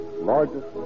largest